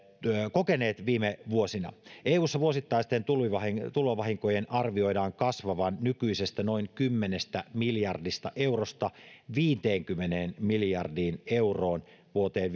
kokeneet eussa vuosittaisten tulvavahinkojen tulvavahinkojen arvioidaan kasvavan nykyisestä noin kymmenestä miljardista eurosta viiteenkymmeneen miljardiin euroon vuoteen